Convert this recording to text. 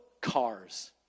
cars